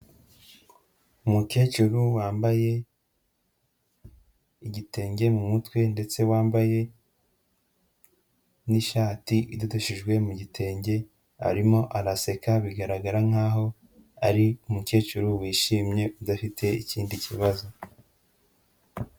Umukecuru wambaye igitenge mu mutwe ndetse wambaye n'ishati idodeshejwe mu gitenge, arimo araseka bigaragara nkaho ari umukecuru wishimye udafite ikindi kibazo.